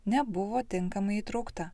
nebuvo tinkamai įtraukta